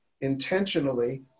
intentionally